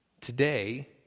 Today